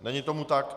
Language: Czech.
Není tomu tak.